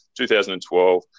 2012